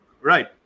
Right